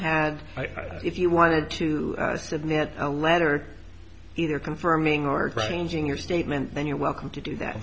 had if you wanted to submit a letter either confirming or ranging your statement then you're welcome to do that